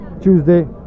Tuesday